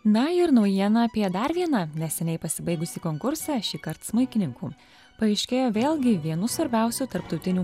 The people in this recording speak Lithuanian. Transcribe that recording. na ir naujiena apie dar viena neseniai pasibaigusį konkursą šįkart smuikininkų paaiškėjo vėlgi vienu svarbiausių tarptautinių